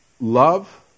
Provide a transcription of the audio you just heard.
love